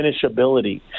finishability